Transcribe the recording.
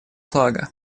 флага